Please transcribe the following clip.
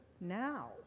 now